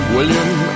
William